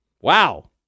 Wow